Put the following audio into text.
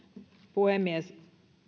puhemies